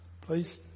please